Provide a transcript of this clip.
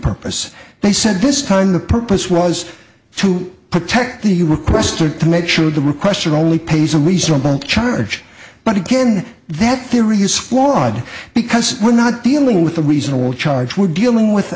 purpose they said this time the purpose was to protect the you requested to make sure the requests are only pays a reasonable charge but again that theory is flawed because we're not dealing with a reasonable charge we're dealing with